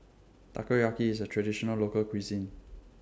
Takoyaki IS A Traditional Local Cuisine